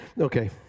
Okay